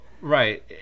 right